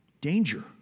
Danger